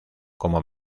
como